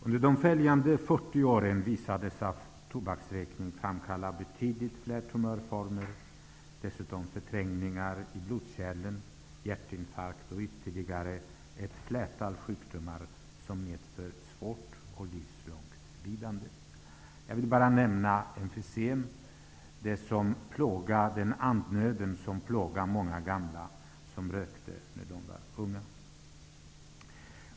Under de följande 40 åren påvisades att tobaksrökning framkallar betydligt fler tumörformer och dessutom förträngningar i blodkärlen, hjärtinfarkt samt ytterligare ett flertal sjukdomar som medför svårt och livslångt lidande. Jag vill bara nämna emfysem, den andnöd som plågar många gamla som rökte när de var unga.